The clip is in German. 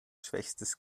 schwächstes